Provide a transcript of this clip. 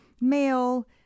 male